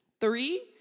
Three